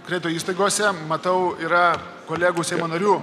kredito įstaigose matau yra kolegų narių